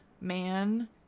man